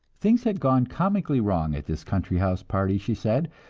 things had gone comically wrong at this country house party, she said,